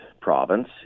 province